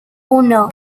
uno